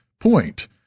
point